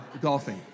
golfing